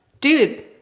Dude